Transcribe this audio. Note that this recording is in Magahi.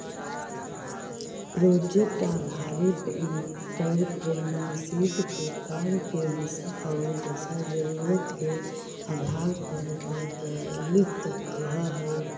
प्रोजेक्ट आधारित एंटरप्रेन्योरशिप के कार्य के दिशा औउर दशा जरूरत के आधार पर बदलित रहऽ हई